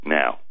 now